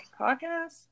podcast